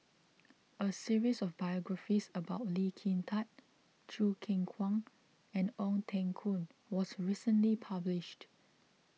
a series of biographies about Lee Kin Tat Choo Keng Kwang and Ong Teng Koon was recently published